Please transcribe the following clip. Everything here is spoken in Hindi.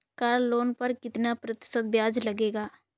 कार लोन पर कितना प्रतिशत ब्याज लगेगा?